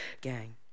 gang